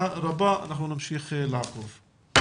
הישיבה ננעלה בשעה 12:03.